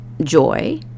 joy